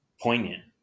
poignant